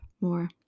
more